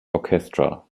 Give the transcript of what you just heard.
orchestra